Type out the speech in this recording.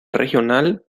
regional